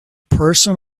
person